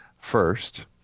first